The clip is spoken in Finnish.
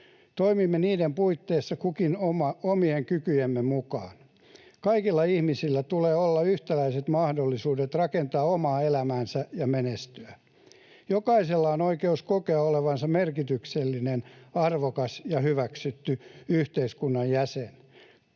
Toimimme niiden puitteissa kukin omien kykyjemme mukaan. Kaikilla ihmisillä tulee olla yhtäläiset mahdollisuudet rakentaa omaa elämäänsä ja menestyä. Jokaisella on oikeus kokea olevansa merkityksellinen, arvokas ja hyväksytty yhteiskunnan jäsen.